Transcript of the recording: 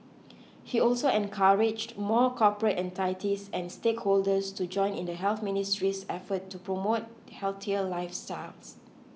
he also encouraged more corporate entities and stakeholders to join in the Health Ministry's efforts to promote healthier lifestyles